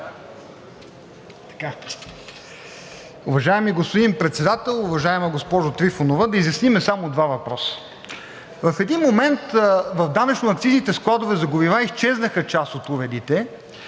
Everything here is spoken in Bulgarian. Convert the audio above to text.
Уважаеми господин Председател! Уважаема госпожо Трифонова, да изясним само два въпроса. В един момент в данъчно-акцизните складове за горива изчезнаха част от уредите